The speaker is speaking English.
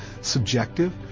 subjective